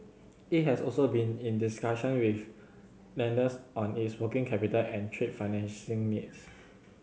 it has also been in discussion with lenders on its working capital and trade financing needs